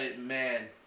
man